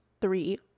three